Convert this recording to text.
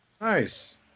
nice